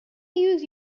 use